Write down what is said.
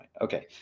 Okay